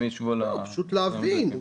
פשוט להבין.